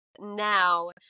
now